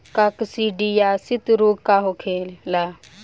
काकसिडियासित रोग का होखेला?